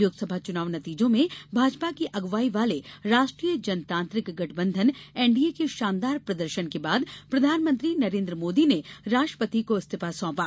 लोकसभा चुनाव नतीजों में भाजपा की अगुवाई वाले राष्ट्रीय जनतांत्रिक गठबंधन एनडीए के शानदार प्रदर्शन के बाद प्रधानमंत्री नरेंद्र मोदी ने राष्ट्रपति को इस्तीफा सौंपा